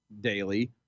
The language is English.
daily